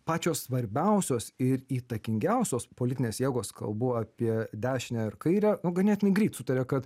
pačios svarbiausios ir įtakingiausios politinės jėgos kalbu apie dešinę ir kairę nu ganėtinai greit sutarė kad